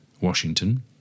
Washington